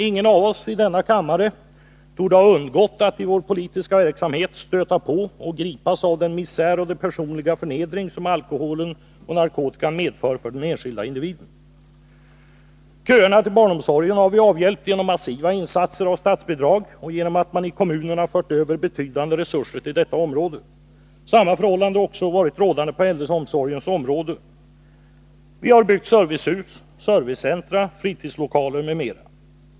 Ingen av oss i denna kammare torde ha undgått att i sin politiska verksamhet stöta på och gripas av den misär och den personliga förnedring som alkoholen och narkotikan medför för den enskilda individen. Köerna till barnomsorgen har vi kunnat avhjälpa genom massiva insatser av statsbidrag och genom att man i kommunerna fört över betydande resurser till detta område. Samma förhållande har också varit rådande på äldreomsorgens område. Vi har byggt servicehus, servicecentra, fritidslokaler m.m.